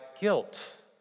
guilt